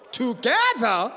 together